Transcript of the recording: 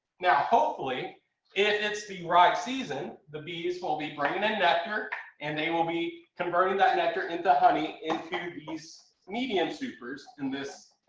now, hopefully it's the right season. the bees will be bringing in nectar and they will be converting that nectar into honey into these medium supers in this